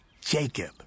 Jacob